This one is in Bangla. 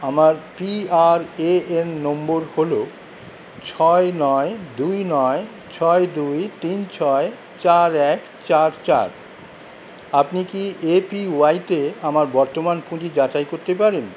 আমার পি আর এ এন নম্বর হল ছয় নয় দুই নয় ছয় দুই তিন ছয় চার এক চার চার আপনি কি এ পি ওয়াইতে আমার বর্তমান পুঁজি যাচাই করতে পারেন